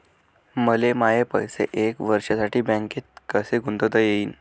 मले माये पैसे एक वर्षासाठी बँकेत कसे गुंतवता येईन?